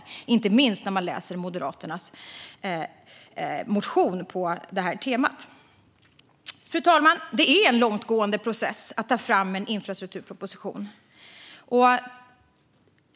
Det blir tydligt inte minst när man läser Moderaternas motion på detta tema. Fru talman! Det är en långtgående process att ta fram en infrastrukturproposition.